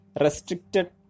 restricted